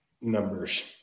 numbers